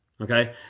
okay